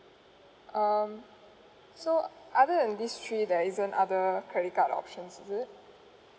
um so other than these three there isn't other credit card options is it